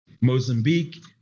Mozambique